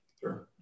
Sure